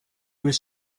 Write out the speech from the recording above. was